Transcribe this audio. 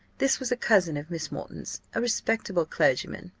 this was a cousin of miss moreton's, a respectable clergyman.